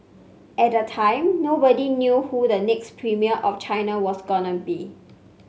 at the time nobody knew who the next premier of China was going be